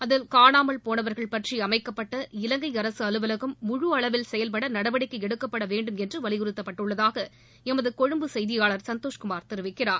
அதில் காளாமல்போனவர்கள் பற்றி அமைக்கப்பட்ட இலங்கை அரசு அலுவகம் முழு அளவில் செயல்பட நடவடிக்கை எடுக்கப்பட வேண்டுமென்று வலியுறத்தப்பட்டுள்ளதாக எமது கொழும்பு செய்தியாளர் சந்தோஷ்குமார் தெரிவிக்கிறார்